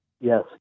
Yes